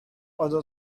other